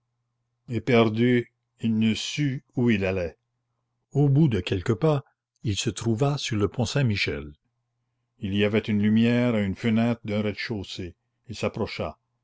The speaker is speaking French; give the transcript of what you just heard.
il ne sut où il allait au bout de quelques pas il se trouva sur le pont saint-michel il y avait une lumière à une fenêtre d'un rez-de-chaussée il s'approcha